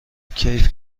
کیف